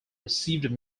received